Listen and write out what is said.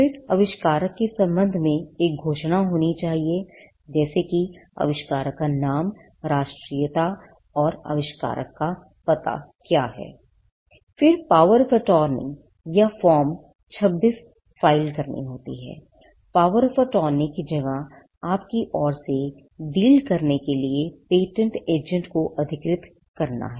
फिर आविष्कारक के संबंध में एक घोषणा होनी चाहिए जैसे कि आविष्कारक का नाम राष्ट्रीयता और आविष्कारक का पता क्या है I फिर पावर ऑफ अटॉर्नी या Form 26 file करनी होती है पावर ऑफ अटॉर्नी की जगह आपकी ओर से डील करने के लिए पेटेंट एजेंट को अधिकृत करना है